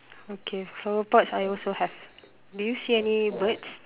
okay flower pots I also have do you see any birds